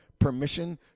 Permission